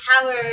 power